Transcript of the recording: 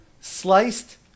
sliced